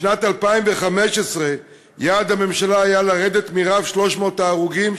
בשנת 2015 יעד הממשלה היה לרדת מרף 300 ההרוגים,